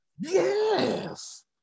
Yes